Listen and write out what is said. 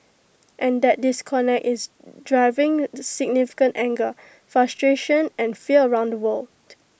and that disconnect is driving significant anger frustration and fear around the world